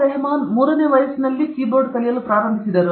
ರಹಮಾನ್ 3 ನೇ ವಯಸ್ಸಿನಲ್ಲಿ keyboard ಕಲಿಯಲು ಪ್ರಾರಂಭಿಸಿದರು